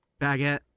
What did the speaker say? Baguette